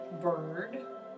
bird